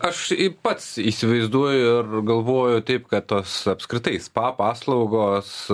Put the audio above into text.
aš pats įsivaizduoju ir galvoju taip kad tos apskritai spa paslaugos